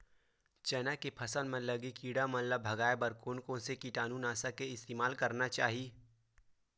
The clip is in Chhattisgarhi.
चना के फसल म लगे किड़ा मन ला भगाये बर कोन कोन से कीटानु नाशक के इस्तेमाल करना चाहि?